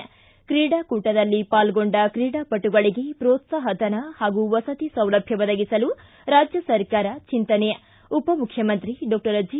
್ರ ಕ್ರೀಡಾಕೂಟದಲ್ಲಿ ಪಾಲ್ಗೊಂಡ ಕ್ರೀಡಾಪಟುಗಳಿಗೆ ಪೊತ್ತಾಹ ಧನ ಹಾಗೂ ವಸತಿ ಸೌಲಭ್ಯ ಒದಗಿಸಲು ರಾಜ್ಯ ಸರ್ಕಾರ ಚೆಂತನೆ ಉಪಮುಖ್ಯಮಂತ್ರಿ ಡಾಕ್ಟರ್ ಜಿ